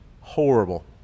Horrible